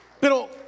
Pero